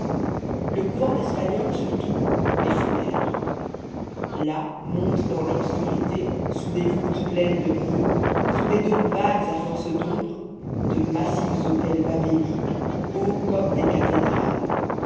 le couvent espagnol surtout est funèbre là montent dans l'obscurité sous des voûtes pleines de brume sous des dômes vagues à force d'ombre de massifs autels babéliques hauts comme des cathédrales